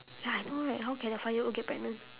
ya I know right how can a five year old get pregnant